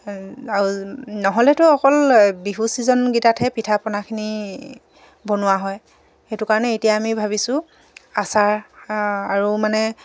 আৰু নহ'লেতো অকল বিহু ছিজনকেইটাতহে পিঠা পনাখিনি বনোৱা হয় সেইটো কাৰণে এতিয়া আমি ভাবিছোঁ আচাৰ আৰু মানে